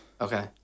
Okay